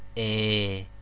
a